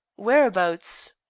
whereabouts?